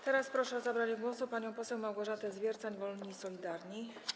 Teraz proszę o zabranie głosu panią poseł Małgorzatę Zwiercan, Wolni i Solidarni.